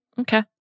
Okay